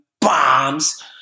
bombs